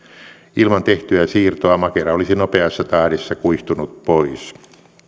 ilman tehtyä siirtoa makera olisi nopeassa tahdissa kuihtunut pois